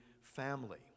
family